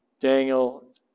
Daniel